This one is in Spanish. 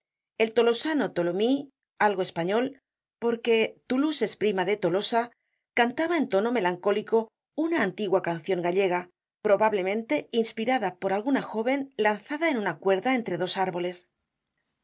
el tolosano tholomyes algo español porque toulouse es prima de tolosa cantaba en tono melancólico una antigua cancion gallega probablemente inspirada por alguna jóven lanzada en una cuerda entre dos árboles